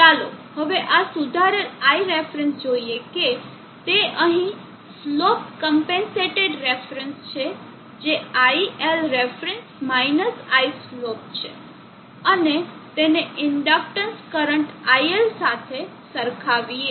ચાલો હવે આ સુધારેલ ILref જોઈએ કે તે અહીં સ્લોપ ક્મ્પેન્સેટેડ રેફરન્સ છે જે ILref Islope છે અને તેને ઇન્ડક્ટન્સ કરંટ IL સાથે સરખાવીએ